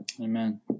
Amen